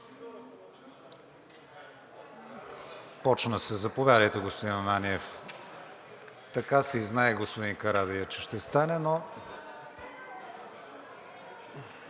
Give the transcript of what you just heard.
Започва се. Заповядайте, господин Ананиев. Така си и знаех, господин Карадайъ, че ще стане, но...